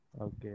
Okay